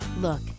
Look